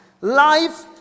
life